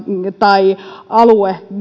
tai alue